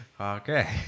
okay